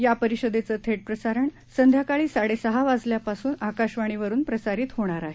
या परिषदेचं थेट प्रसारण संध्याकाळी साडेसहा वाजल्यापासून आकाशवाणीवरुन प्रसारित होणार आहे